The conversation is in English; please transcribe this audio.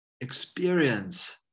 experience